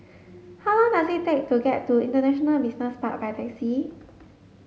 how long does it take to get to International Business Park by taxi